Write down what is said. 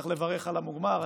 צריך לברך על המוגמר,